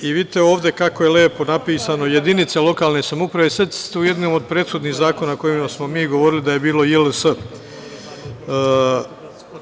Vidite ovde kako je lepo napisano, jedinice lokalne samouprave, setite se u jednom od prethodnih zakona o kojima smo mi govorili da je bilo JLS.